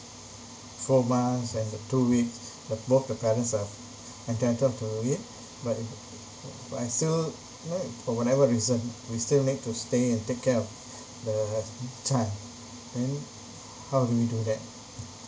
four months and the two weeks that both the parents are entitled to it but if but I still for whatever reason we still need to stay and take care of the child then how do we do that